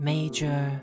Major